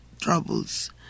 troubles